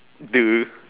!duh!